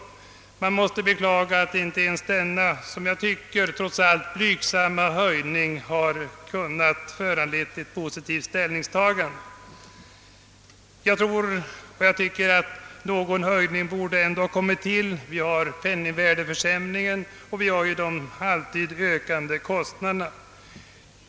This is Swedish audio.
Det är anledning att beklaga att önskemålet om denna som man tycker blygsamma höjning inte kunnat föranleda ett positivt ställningstagande. Jag tycker att någon höjning borde ha kunnat göras med häsyn till penningvärdeförsämringen och de ständigt ökande kostnaderna.